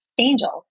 Angels